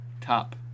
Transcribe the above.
Top